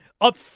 up